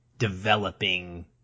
developing